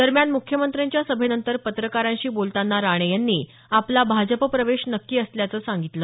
दरम्यान मुख्यमंत्र्यांच्या सभेनंतर पत्रकारांशी बोलताना राणे यांनी आपला भाजप प्रवेश नक्की असल्याचं सांगितलं